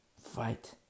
Fight